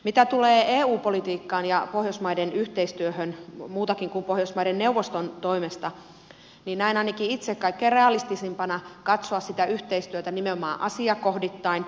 mitä tulee eu politiikkaan ja pohjoismaiden yhteistyöhön muutenkin kuin pohjoismaiden neuvoston toimesta niin näen ainakin itse kaikkein realistisimmaksi katsoa sitä yhteistyötä nimenomaan asiakohdittain